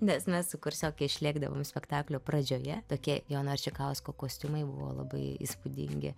nes mes su kursioke išlėkdavom spektaklio pradžioje tokie jono arčikausko kostiumai buvo labai įspūdingi